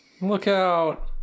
lookout